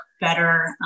better